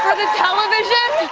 ah the television?